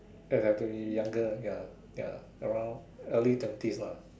exactly younger ya ya around early twenties lah